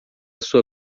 sua